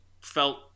felt